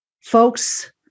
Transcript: folks